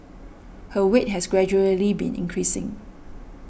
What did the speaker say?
her weight has gradually been increasing